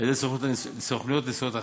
על-ידי סוכנות נסיעות אחרת.